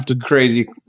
crazy